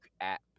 app